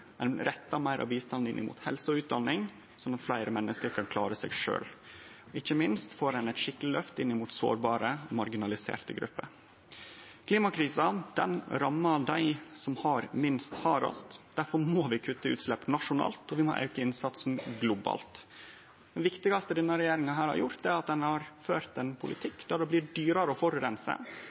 får ein eit skikkeleg løft for sårbare og marginaliserte grupper. Klimakrisa rammar dei som har minst, hardast. Difor må vi kutte utslepp nasjonalt og auke innsatsen globalt. Det viktigaste denne regjeringa har gjort, er at ein har ført ein politikk som gjer det dyrare å